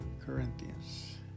Corinthians